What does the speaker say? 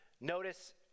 notice